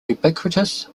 ubiquitous